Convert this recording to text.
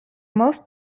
most